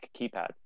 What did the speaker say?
keypad